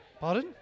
pardon